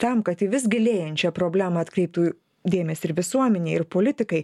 tam kad į vis gilėjančią problemą atkreiptų ir dėmesį ir visuomenė ir politikai